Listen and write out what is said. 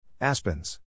Aspens